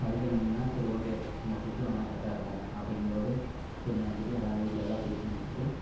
அதுக்கு என்னென்னன்னா சரி ஓகே நம்ம ஃப்ரிட்ஜ்ஜி வாங்கினா கரெக்டாக இருக்கும் அப்படிங்கம் போது சரினு நினச்சிட்டு எல்லா வீட்டில் எல்லாம் பேசி முடிச்சுட்டு